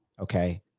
Okay